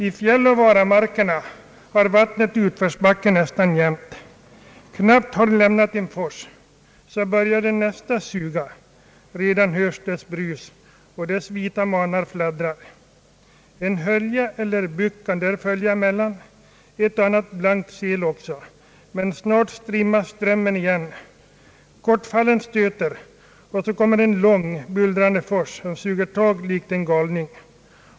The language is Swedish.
I fjälloch vaaramar kerna har vattnet utförsbacke nästan jämt. Knappt har de lämnat en fors, så börjar den nästa suga, redan hörs dess brus, och dess vita manar fladdrar. En hölja eller bukt kan där följa emellan, ett och annat blankt sel också, men snart strimmar strömmen igen, kortfallen stöter, och så kommer en lång, bullrande fors som suger tag likt en galning.